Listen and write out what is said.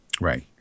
Right